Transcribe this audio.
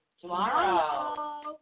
tomorrow